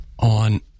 On